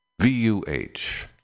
V-U-H